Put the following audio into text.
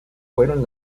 fueron